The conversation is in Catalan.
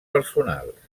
personals